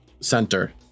center